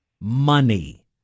money